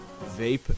vape